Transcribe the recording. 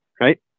right